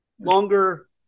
Longer